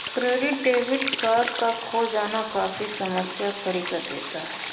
credit debit card का खो जाना काफी समस्या खड़ी कर देता है